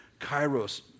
Kairos